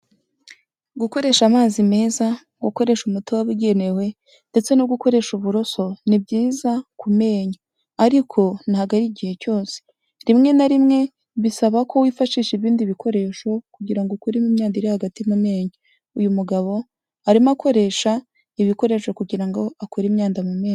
Gukoresha amazi meza, gukoresha umuti wabugenewe ndetse no gukoresha uburoso ni byiza ku menyo, ariko ntabwo ari igihe cyose, rimwe na rimwe bisaba ko wifashisha ibindi bikoresho kugira ngo ukure imyanda iri hagati mu menyo, uyu mugabo arimo akoresha ibikoresho kugira ngo akure imyanda mu menyo.